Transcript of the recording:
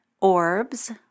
Orbs